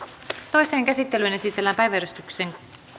toiseen käsittelyyn esitellään päiväjärjestyksen